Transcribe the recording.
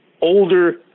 older